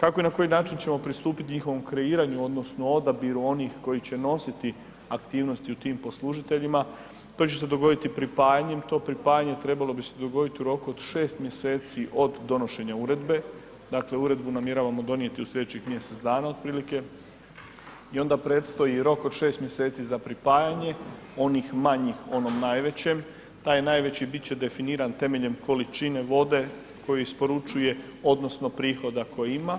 Kako i na koji način ćemo pristupiti njihovom kreiranju odnosno odabiru onih koji će nositi aktivnosti u tim poslužiteljima, to će se dogoditi pripajanjem, to pripajanje trebalo bi se dogoditi u roku 6. mjeseci od donošenja uredbe, dakle uredbu namjeravamo donijeti u slijedećih mjesec dana otprilike i onda predstoji rok od 6. mjeseci za pripajanje onih manjih onom najvećem, taj najveći bit će definiran temeljem količine vode koju isporučuje odnosno prihoda koji ima,